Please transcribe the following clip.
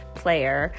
player